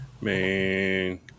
Man